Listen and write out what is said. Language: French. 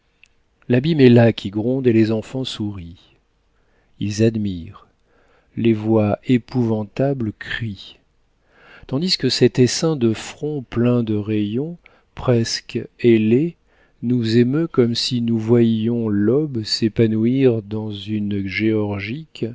l'abîme est là qui gronde et les enfants sourient ils admirent les voix épouvantables crient tandis que cet essaim de fronts pleins de rayons presque ailé nous émeut comme si nous voyions l'aube s'épanouir dans une géorgique